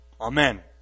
Amen